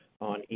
on